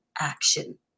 action